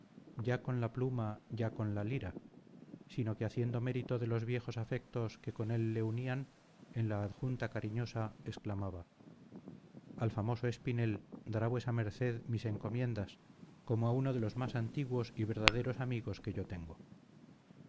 a con la pluma ya con la lira sino que haciendo mérito de los viejos afectos que con él le unían en la adjunta cariñoso exclamaba al famoso espinel dará vuesa merced mis encomiendas como a uno de los más antiguos y verdaderos amigos que yo tengo